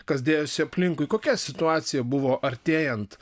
kas dėjosi aplinkui kokia situacija buvo artėjant